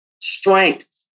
strength